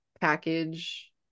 package